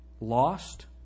Lost